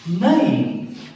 name